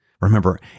Remember